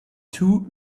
two